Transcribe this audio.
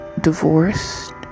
divorced